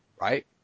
right